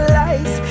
lies